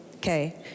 Okay